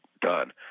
done